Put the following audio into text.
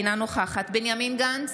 אינה נוכחת בנימין גנץ,